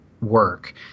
work